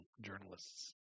journalists